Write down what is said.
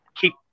keep